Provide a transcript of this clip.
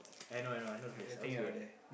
I know I know I know the place I always go there